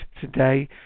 today